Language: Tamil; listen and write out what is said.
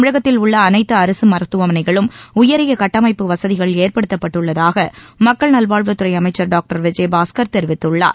தமிழகத்தில் உள்ள அனைத்து அரசு மருத்துவமனைகளிலும் உரிய கட்டமைப்பு வசதிகள் ஏற்படுத்தப்பட்டுள்ளதாக மக்கள் நல்வாழ்வுத்துறை அமைச்சர் டாக்டர் விஜயபாஸ்கர் தெரிவித்துள்ளார்